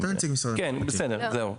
בסדר.